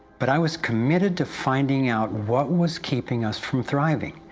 but i was committed to finding out what was keeping us from thriving,